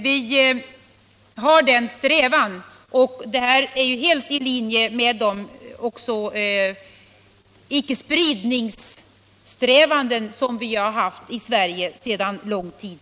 Det är vår strävan, och den är helt i linje med de icke-spridningssträvanden som vi har haft i Sverige under lång tid.